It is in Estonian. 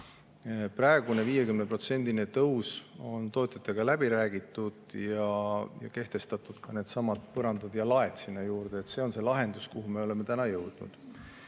Praegune 50%‑line tõus on tootjatega läbi räägitud ja kehtestatud on ka needsamad põrandad ja laed sinna juurde. See on see lahendus, milleni me oleme tänaseks jõudnud.